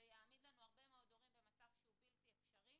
זה יעמיד לנו הרבה מאוד הורים במצב שהוא בלתי אפשרי